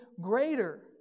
greater